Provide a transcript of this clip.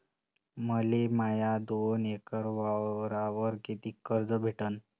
मले माया दोन एकर वावरावर कितीक कर्ज भेटन?